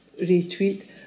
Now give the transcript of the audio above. retweet